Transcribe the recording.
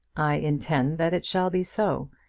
i intend that it shall be so,